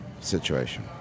situation